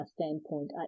standpoint